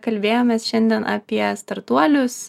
kalbėjomės šiandien apie startuolius